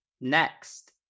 Next